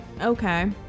Okay